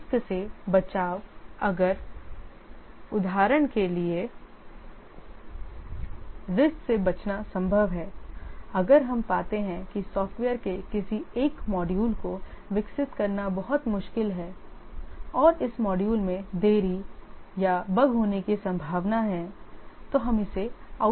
risk से बचाव अगर उदाहरण के लिए रिस्क से बचना संभव है अगर हम पाते हैं कि सॉफ़्टवेयर के किसी एक मॉड्यूल को विकसित करना बहुत मुश्किल है और हमें इस मॉड्यूल में देरी bug होने की संभावना है हम इसे आउटसोर्स कर सकते हैं